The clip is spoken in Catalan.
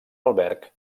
alberg